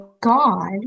god